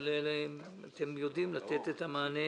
אבל אתם יודעים לתת את המענה